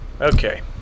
Okay